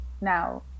now